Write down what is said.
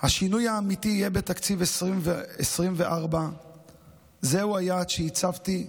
השינוי האמיתי יהיה בתקציב 2024. זהו היעד שהצבתי,